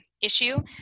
issue